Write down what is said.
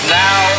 now